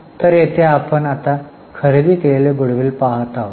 तर येथे आपण आता खरेदी केलेले Goodwill पाहत आहोत